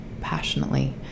passionately